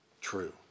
true